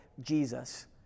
Jesus